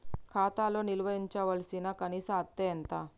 ఖాతా లో నిల్వుంచవలసిన కనీస అత్తే ఎంత?